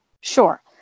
Sure